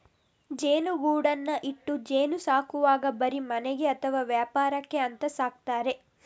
ಜೇನುಗೂಡನ್ನ ಇಟ್ಟು ಜೇನು ಸಾಕುವಾಗ ಬರೀ ಮನೆಗೆ ಅಥವಾ ವ್ಯಾಪಾರಕ್ಕೆ ಅಂತ ಸಾಕ್ತಾರೆ